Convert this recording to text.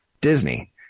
Disney